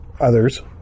others